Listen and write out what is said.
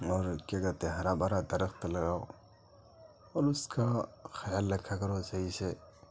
اور کیا کہتے ہیں ہرا بھرا درخت لگاؤ اور اس کا خیال رکھا کرو صحیح سے